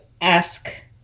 ask